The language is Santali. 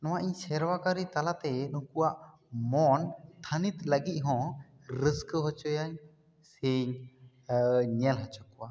ᱱᱚᱣᱟ ᱤᱧ ᱥᱮᱨᱣᱟ ᱠᱟᱹᱨᱤ ᱛᱟᱞᱟ ᱛᱮ ᱱᱩᱠᱩᱣᱟᱜ ᱢᱚᱱ ᱛᱷᱟᱹᱱᱤᱛ ᱞᱟᱹᱜᱤᱫ ᱦᱚᱸ ᱨᱟᱹᱥᱠᱟᱹ ᱦᱚᱪᱚᱭᱟᱹᱧ ᱥᱮᱧ ᱧᱮᱞ ᱦᱚᱪᱚ ᱠᱚᱣᱟ